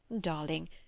Darling